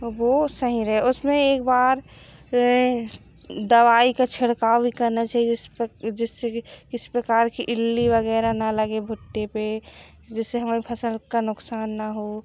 वह सही रहे उसमें एक बार दवाई का छिड़काव भी करना चाहिए जिससे कि किसी प्रकार कि इल्ली वग़ैरह ना लगे भुट्टे पर जिससे हमारी फ़सल का नुक़सान ना हो